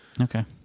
okay